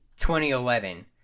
2011